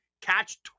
catch